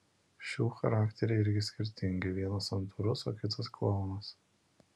šių charakteriai irgi skirtingi vienas santūrus o kitas klounas